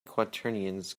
quaternions